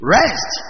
rest